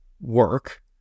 work